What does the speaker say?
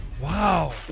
Wow